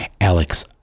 Alex